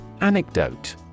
Anecdote